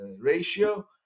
ratio